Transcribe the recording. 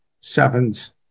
sevens